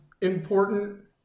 important